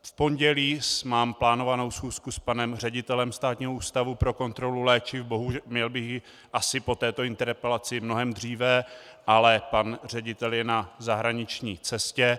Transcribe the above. V pondělí mám plánovanou schůzku s panem ředitelem Státního ústavu pro kontrolu léčiv, měl bych ji asi po této interpelaci mnohem dříve, ale pan ředitel je na zahraniční cestě.